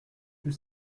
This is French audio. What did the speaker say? que